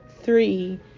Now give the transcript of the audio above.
three